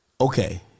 Okay